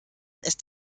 ist